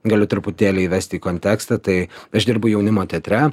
galiu truputėlį įvesti į kontekstą tai aš dirbu jaunimo teatre